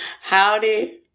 Howdy